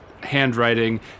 handwriting